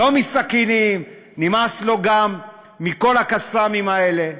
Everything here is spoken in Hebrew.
לא מסכינים, נמאס לו גם מכל ה"קסאמים" האלה.